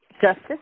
justice